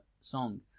song